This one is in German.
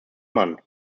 mann